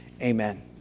amen